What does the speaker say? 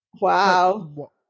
Wow